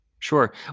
Sure